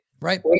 Right